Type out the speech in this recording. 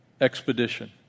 expedition